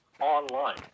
online